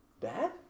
Dad